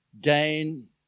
gain